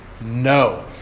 No